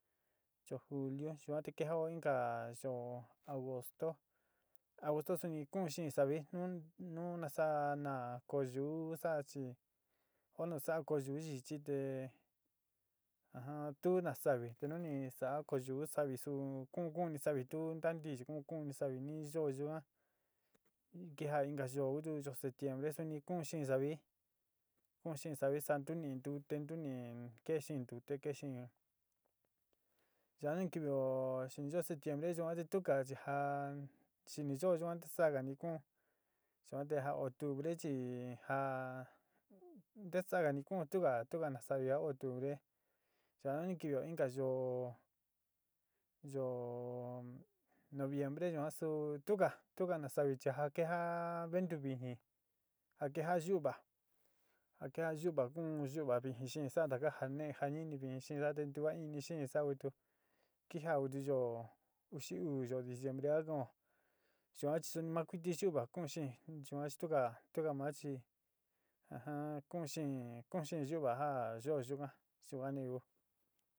Yo juliú yuan te kejayo inka yoó agostó, agosto suni kuún xeen sávi nu nasaá na ko yuú saa chi oó nu saá koó yuú yichí te tuú na sávi te nu ni saá koó yuú sávi su kuún kuún ni sávi tuú ntantí chi kuún kuún ni sávi nií yoó yuan kejá inka yoó kutu yoó setiembre suni kuún xeen sávi kuún xeen savi santu ni ntuú te ntuú ne keé xiin ntute keé xiin yaá kivío xini yoó setiembre yuan te tu ka chi ja xini yoó yuan ntesagani kuún yuan te ja'ó otubre chi ni jaa ntesagani kuún tuga tuúga na savi ga oó otubre ya in kivío inka yoó yoó noviembre yuán su tuga tuúga na sávi chi ja kejaá ventuvijí ja kejá yuúva a kejaá yuva kuún yuúva vijín xeen saá taka ja ne'é ja iní vijin xeen sa'á te ntua iíni xeen sa'á oó tu keja tu yoó uxi uú yó diciembre a kin'ó yuan chi suni maá kuti yuúva kuún xeen yuan stuúga stuga maá chi ajan kuún xeen kuún xeen yuva ja yoó yuka yuan ni ku.